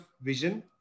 vision